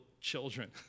children